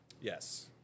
Yes